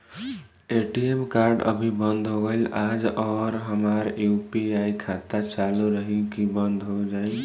ATM card अभी बंद हो गईल आज और हमार यू.पी.आई खाता चालू रही की बन्द हो जाई?